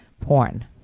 porn